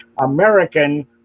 American